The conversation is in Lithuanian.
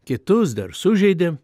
kitus dar sužeidė